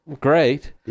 great